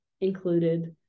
included